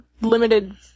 limited